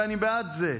ואני בעד זה.